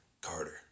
Carter